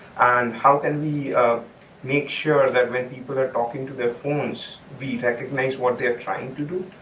and how can we make sure that when people are talking to their phones, we recognize what they're trying to do,